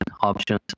options